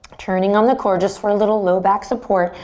turning on the core just for a little lower back support.